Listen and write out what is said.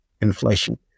inflation